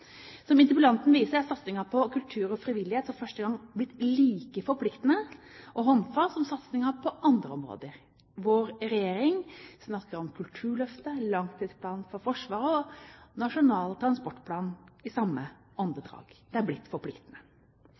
Som interpellanten viser til, er satsingen på kultur og frivillighet for første gang blitt like forpliktende og håndfast som satsingen på andre områder. Vår regjering snakker om Kulturløftet, langtidsplanen for Forsvaret og Nasjonal transportplan i samme åndedrag. Det er blitt forpliktende.